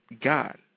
God